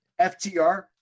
FTR